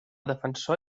defensor